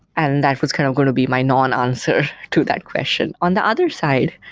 and that was kind of going to be my non-answer to that question. on the other side,